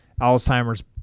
Alzheimer's